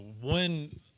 one